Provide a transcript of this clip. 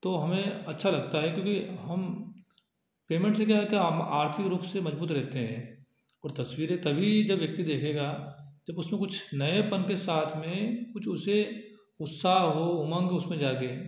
तो हमें अच्छा लगता है क्योंकि हम पेमेंट से क्या है कि हम आर्थिक रूप से मजबूत रहते हैं और तस्वीरें तभी जब व्यक्ति देखेगा जब उसमें कुछ नयेपन के साथ में कुछ उसे उत्साह हो उमंग उसमें जागे